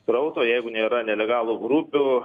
srauto jeigu nėra nelegalų grupių